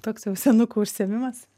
toks jau senukų užsiėmimas